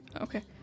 Okay